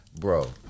bro